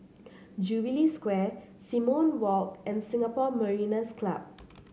Jubilee Square Simon Walk and Singapore Mariners' Club